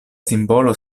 simbolo